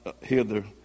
hither